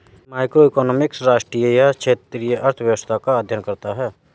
macroeconomics राष्ट्रीय या क्षेत्रीय अर्थव्यवस्था का अध्ययन करता है